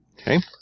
Okay